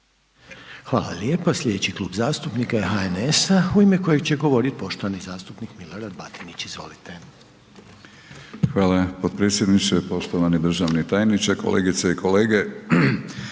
Hvala lijepo, slijedeći Klub zastupnika je HNS-a u ime koje će govoriti poštovani zastupnik Milorad Batinić, izvolite. **Batinić, Milorad (HNS)** Hvala potpredsjedniče, poštovani državni tajniče, kolegice i kolege.